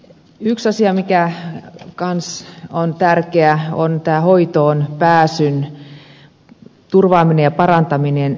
yksi asia mikä myös on tärkeä on tämä hoitoonpääsyn turvaaminen ja parantaminen